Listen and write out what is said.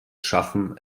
schaffen